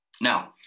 Now